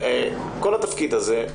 לגבי התפקיד הזה,